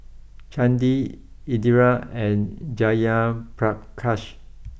Chandi Indira and Jayaprakash